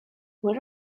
where